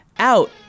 out